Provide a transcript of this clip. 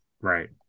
Right